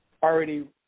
already